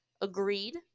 Agreed